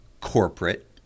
corporate